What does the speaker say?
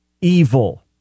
evil